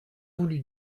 voulu